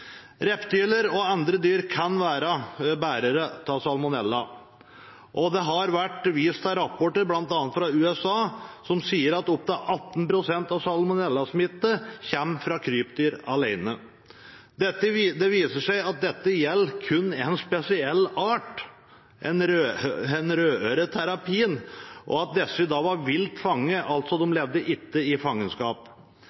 Reptiler og andre dyr kan være bærere av salmonella, og det har vært vist til rapporter bl.a. fra USA, som sier at opptil 18 pst. av salmonellasmitte kommer fra krypdyr alene. Det viser seg at dette gjelder kun én spesiell art, rødøret terrapin, og at disse var vilt fanget – de